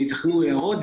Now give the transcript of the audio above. אלא ייתכנו הערות לגביו.